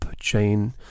chain